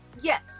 Yes